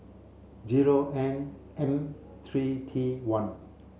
zero N M three T one